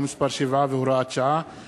אני מוסיף את הצבעתו של חבר הכנסת מאיר